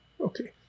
Okay